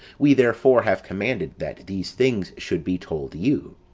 we, therefore, have commanded that these things should be told you.